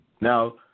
Now